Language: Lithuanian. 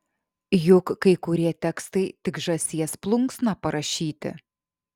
juk kai kurie tekstai tik žąsies plunksna parašyti